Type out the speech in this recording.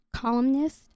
Columnist